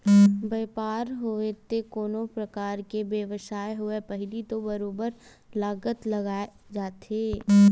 बइपार होवय ते कोनो परकार के बेवसाय होवय पहिली तो बरोबर लागत लगाए जाथे